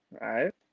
right